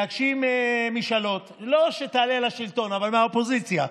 להגשים משאלות, לא שתעלה לשלטון מהאופוזיציה,